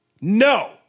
No